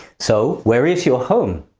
so where is your home?